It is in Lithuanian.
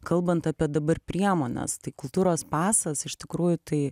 kalbant apie dabar priemones tai kultūros pasas iš tikrųjų tai